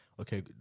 Okay